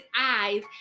eyes